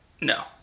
no